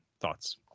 thoughts